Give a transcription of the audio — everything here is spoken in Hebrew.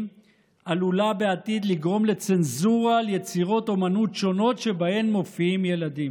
עלולה לגרום בעתיד צנזורה על יצירות אמנות שונות שבהן מופיעים ילדים.